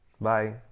Bye